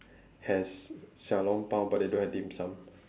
has xiao-long-bao but they don't have dim-sum